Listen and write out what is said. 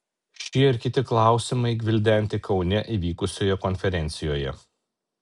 šie ir kiti klausimai gvildenti kaune įvykusioje konferencijoje